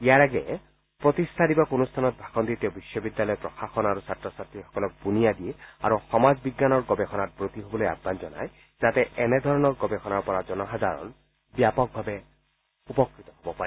ইয়াৰ আগেয়ে প্ৰতিষ্ঠা দিৱস অনুষ্ঠানত ভাষণ দি তেওঁ বিশ্ববিদ্যালয় প্ৰশাসন আৰু ছাত্ৰ ছাত্ৰীসকলক বুনিয়াদী আৰু সমাজ বিজ্ঞানৰ গৱেষণাত ৱতী হ'বলৈ আহবান জনাই যাতে এনেধৰণৰ গৱেষণাৰ পৰা জনসাধাৰণ ব্যাপকভাৱে উপকৃত হব পাৰে